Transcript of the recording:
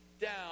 down